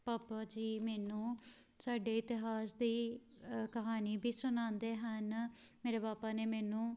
ਪਾਪਾ ਜੀ ਮੈਨੂੰ ਸਾਡੇ ਇਤਿਹਾਸ ਦੀ ਕਹਾਣੀ ਵੀ ਸੁਣਾਉਂਦੇ ਹਨ ਮੇਰੇ ਪਾਪਾ ਨੇ ਮੈਨੂੰ